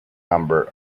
number